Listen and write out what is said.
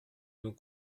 nos